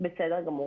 בסדר גמור.